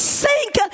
sink